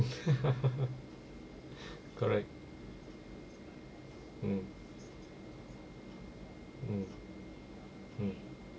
correct mm mm mm